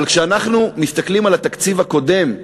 אבל כשאנחנו מסתכלים על התקציב הקודם,